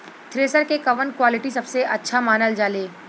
Thresher के कवन quality सबसे अच्छा मानल जाले?